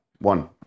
one